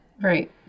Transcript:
Right